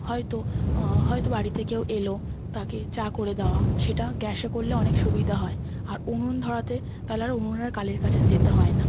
হয়তো হয়তো বাড়িতে কেউ এল তাকে চা করে দেওয়া সেটা গ্যাসে করলে অনেক সুবিধা হয় আর উনুন ধরাতে তাহলে আর উনুনের কালির কাছে যেতে হয় না